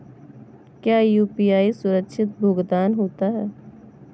क्या यू.पी.आई सुरक्षित भुगतान होता है?